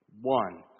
one